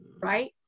right